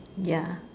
ya